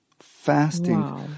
fasting